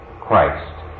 Christ